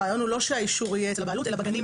הרעיון הוא לא שהאישור יהיה אצל הבעלות אלא בגנים.